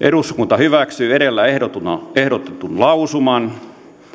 eduskunta hyväksyy edellä ehdotetun lausuman